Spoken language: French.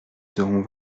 serons